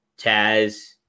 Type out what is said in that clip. Taz